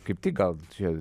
kaip tik gal čia